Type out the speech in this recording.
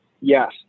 Yes